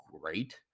great